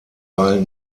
ball